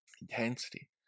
intensity